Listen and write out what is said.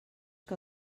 que